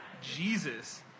Jesus